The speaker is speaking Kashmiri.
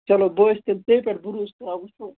چلو بہٕ حظ چھُس تیٚلہِ ژےٚ پٮ۪ٹھ بروٗسہٕ کران وُچھو